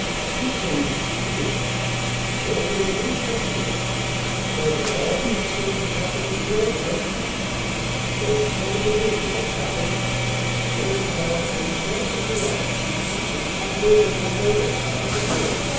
a few things each year and over in the new testament it says that all these things that happened in the old testament to those children of israel happened and were written down for an example to us who should live in the later part of the world.